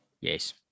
Yes